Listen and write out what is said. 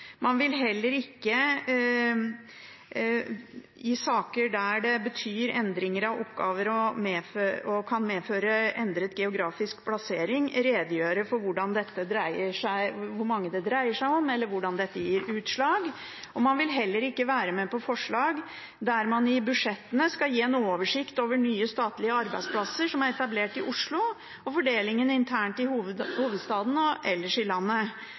Man vil heller ikke – i saker der det betyr endring av oppgaver og kan medføre endret geografisk plassering – redegjøre for hvor mange det dreier seg om, eller hvordan dette gir utslag. Og man vil heller ikke være med på forslag der man i budsjettene skal gi en oversikt over nye statlige arbeidsplasser som er etablert i Oslo, og fordelingen internt i hovedstaden og ellers i landet.